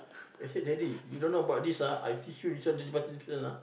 they said daddy you don't know about this one I teach you you must listen ah